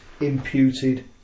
imputed